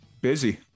busy